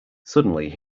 suddenly